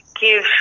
give